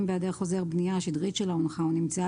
בהיעדר חוזה בנייה השדרית שלה הונחה או נמצאה